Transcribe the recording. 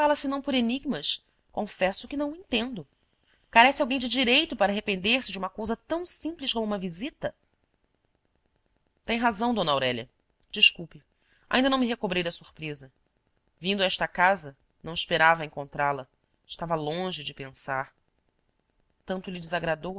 senão por enigmas confesso que não o entendo carece alguém de direito para arrepender-se de uma cousa tão simples como uma vi sita tem razão d aurélia desculpe ainda não me recobrei da surpresa vindo a esta casa não esperava encontrá-la estava longe de pensar tanto lhe desagradou